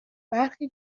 برخی